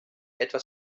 etwas